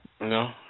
No